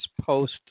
post